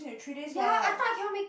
ya I thought I cannot make it